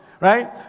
right